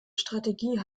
strategie